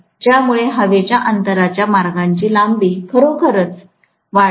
ज्यामुळे हवेच्या अंतराच्या मार्गाची लांबी खरोखरच वाढते